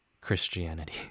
Christianity